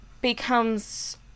becomes